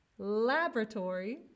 laboratory